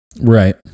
Right